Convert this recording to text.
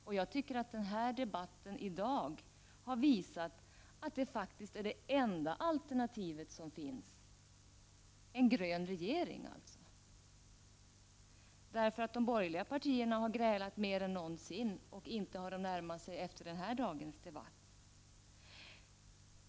Jag tycker att debatten i dag har visat att en grön regering faktiskt är det enda alternativet som finns. De borgerliga partierna har nämligen grälat mer än någonsin, och inte har de närmat sig varandra efter dagens debatt.